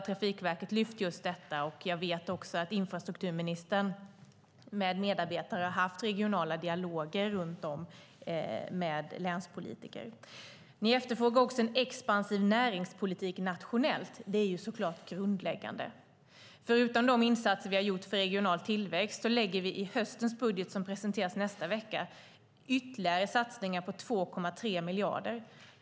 Trafikverket har lyft fram just detta, och jag vet även att infrastrukturministern med medarbetare har haft regionala dialoger med länspolitiker. Ni efterfrågar en expansiv näringspolitik nationellt. Det är såklart grundläggande. Utöver de insatser vi har gjort för regional tillväxt lägger vi i höstens budget, som presenteras nästa vecka, ytterligare satsningar på 2,3 miljarder just för näringslivet.